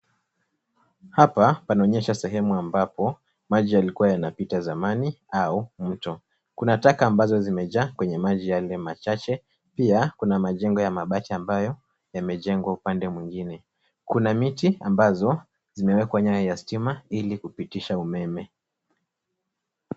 Hapa panaonyeshwa sehemu ambapo maji yalikuwa yanapita zamani au mto. Kuna taka ambazo zimejaa kwenye maji yale machache. Pia, kuna majengo ya mabati ambayo yamejengwa upande mwingine. Kuna miti ambazo zimewekwa nyaya za stima ili kupitisha umeme.